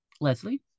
Leslie